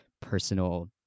personal